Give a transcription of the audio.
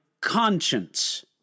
conscience